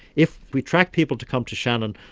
if we attract people to come to shannon,